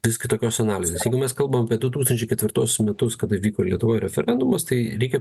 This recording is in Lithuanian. vis kitokios analizės jeigu mes kalbam apie du tūkstančiai ketvirtuosius metus kada vyko lietuvoj referendumas tai reikia